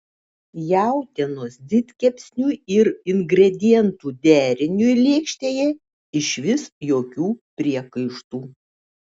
jautienos didkepsniui ir ingredientų deriniui lėkštėje išvis jokių priekaištų